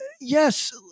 Yes